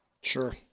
Sure